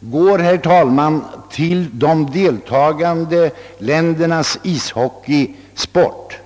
går till de deltagande ländernas ishockeysport.